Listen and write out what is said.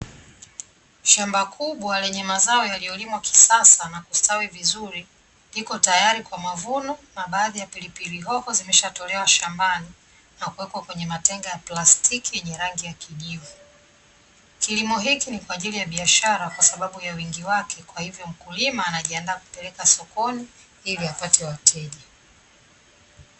Shamba kubwa lenye mazao yaliyolimwa kisasa na kustawi vizuri, liko tayari kwa mavuno na baadhi ya pilipili hoho zimeshatolewa shambani, na kuwekwa kwenye matenga ya plastiki yenye rangi ya kijivu. Kilimo hiki ni kwa ajili ya biashara kwa sababu ya wingi wake, kwa hivyo mkulima anajiandaa kupeleka sokoni ili apate wateja.